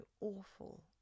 awful